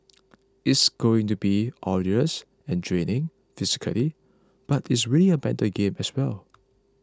it's going to be arduous and draining physically but it's really a mental game as well